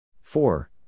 Four